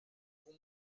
pour